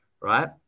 right